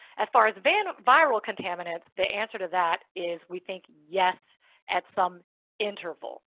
as far as viral viral contaminants, the answer to that is we think yes at some interval.